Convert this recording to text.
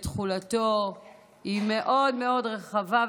תחולתו מאוד מאוד רחבה,